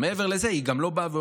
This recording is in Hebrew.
מעבר לזה, היא גם לא באה ואומרת: